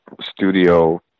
studio